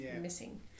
missing